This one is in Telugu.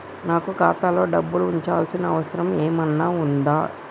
నాకు ఖాతాలో డబ్బులు ఉంచాల్సిన అవసరం ఏమన్నా ఉందా?